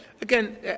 Again